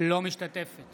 אינה משתתפת